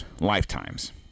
lifetimes